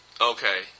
Okay